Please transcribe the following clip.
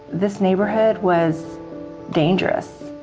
this neighborhood was dangerous.